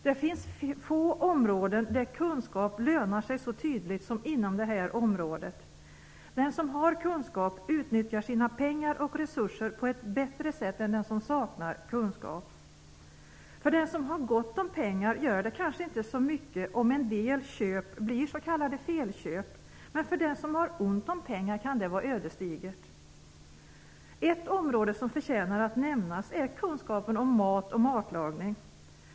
Det finns få områden där kunskap lönar sig så tydligt som inom det här området. Den som har kunskap utnyttjar sina pengar och resurser på ett bättre sätt än den som saknar kunskap. För den som har gott om pengar gör det kanske inte så mycket om en del köp blir s.k. felköp, men för den som har ont om pengar kan det vara ödesdigert. Ett område som förtjänar att nämnas är kunskapen om mat och matlagning.